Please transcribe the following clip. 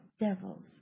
devils